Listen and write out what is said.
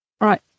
right